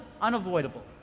unavoidable